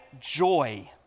joy